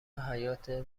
حیاطه